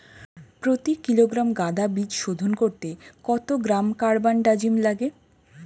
প্রতি কিলোগ্রাম গাঁদা বীজ শোধন করতে কত গ্রাম কারবানডাজিম লাগে?